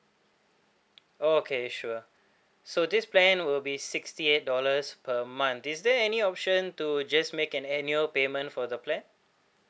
okay sure so this plan will be sixty eight dollars per month is there any option to just make an annual payment for the plan